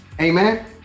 Amen